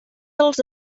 dels